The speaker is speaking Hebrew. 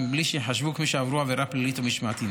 בלי שייחשבו כמי שעברו עבירה פלילית או משמעתית.